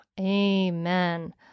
amen